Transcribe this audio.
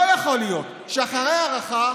לא יכול להיות שאחרי ההארכה,